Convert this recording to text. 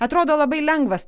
atrodo labai lengvas